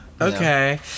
Okay